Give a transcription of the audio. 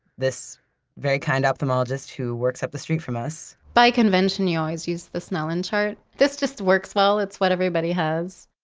this very kind ophthalmologist who works up the street from us by convention, you always use the snellen chart. this just works well. it's what everybody has.